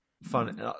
Funny